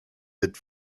mid